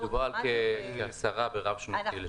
מדובר על כעשרה ברב-שנתי לשנה.